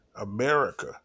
America